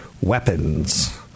weapons